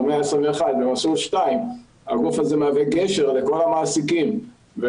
הגוף הזה מהוו גשר לכל המעסיקים.